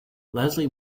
leslie